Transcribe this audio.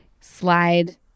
slide